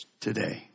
today